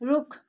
रुख